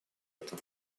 это